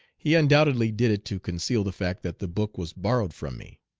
he undoubtedly did it to conceal the fact that the book was borrowed from me.